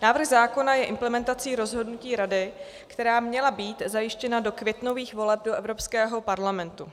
Návrh zákona je implementací rozhodnutí Rady, která měla být zajištěna do květnových voleb do Evropského parlamentu.